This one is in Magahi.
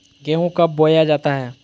गेंहू कब बोया जाता हैं?